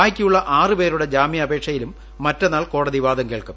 ബാക്കിയുള്ള ആറ് പേരുടെ ജാമ്യാപേക്ഷയിലും മറ്റന്നാൾ കോടതി വാദം കേൾക്കും